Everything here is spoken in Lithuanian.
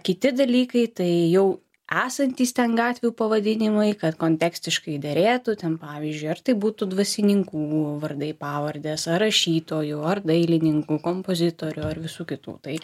kiti dalykai tai jau esantys ten gatvių pavadinimai kad kontekstiškai derėtų ten pavyzdžiui ar tai būtų dvasininkų vardai pavardės ar rašytojų ar dailininkų kompozitorių ar visų kitų tai